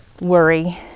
worry